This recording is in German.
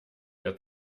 der